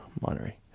Monterey